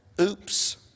Oops